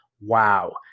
wow